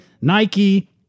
Nike